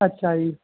ਅੱਛਾ ਜੀ